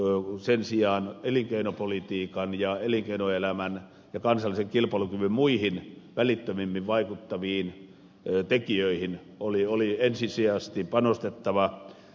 sen sijaan elinkeinopolitiikan ja elinkeinoelämän ja kansallisen kilpailukyvyn muihin välittömimmin vaikuttaviin tekijöihin oli ensisijaisesti panostettava